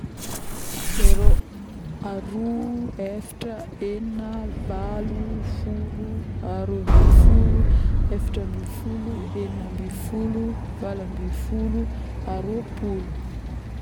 Zero, aroa, eftra, egnina, valo, folo, aroambinifolo, eftrambifolo, egninambefolo, valoambefolo, aroapolo